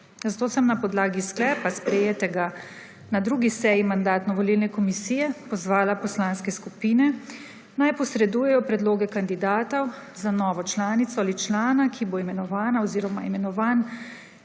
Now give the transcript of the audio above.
zato sem na podlagi sklepa sprejetega na drugi seji Mandatno-volilne komisije pozvala poslanske skupine naj posredujejo predloge kandidatov za novo članico ali člana, ki bo imenovan oziroma imenovana